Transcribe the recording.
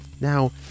Now